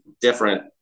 different